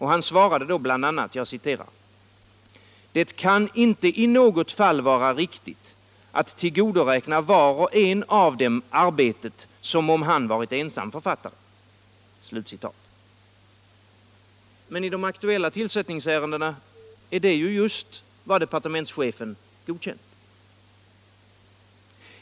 Han svarade då bl.a.: ”Det kan inte i något fall vara riktigt att tillgodoräkna var och en av dem arbetet, som om han varit ensam författare.” Men i de aktuella tillsättningsärendena är det ju just vad departementschefen godkänt.